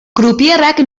croupierrak